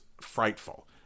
frightful